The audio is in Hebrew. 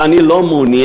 ואני לא מעוניין,